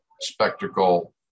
spectacle